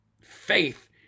Faith